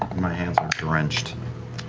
my hands are drenched.